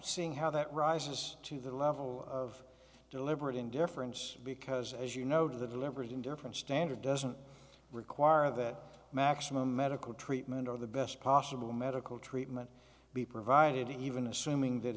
seeing how that rises to the level of deliberate indifference because as you noted the deliberate indifference standard doesn't require that the maximum medical treatment or the best possible medical treatment be provided even assuming that